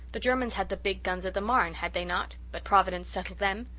the germans had the big guns at the marne, had they not? but providence settled them.